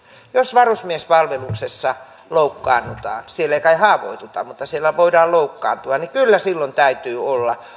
jos varusmiespalveluksessa loukkaannutaan siellä ei kai haavoituta mutta siellä voidaan loukkaantua niin kyllä silloin täytyy olla